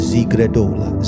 Zigredola